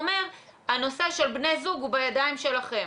אומר שהנושא של בני זוג הוא בידיים שלכם.